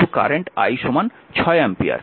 কিন্তু current I 6 ampere